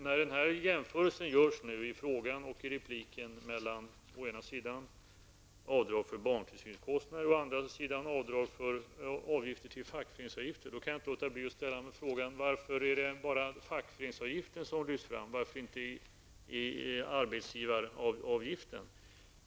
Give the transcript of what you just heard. När en jämförelse nu görs i frågan och i inlägget mellan å ena sidan avdrag för barntillsynskostnader och å andra sidan avdrag för fackföreningsavgifter, kan jag inte låta bli att ställa följande fråga: Varför är det bara fackföreningsavgifter som lyfts fram och inte arbetsgivaravgifter?